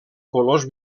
colors